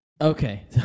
Okay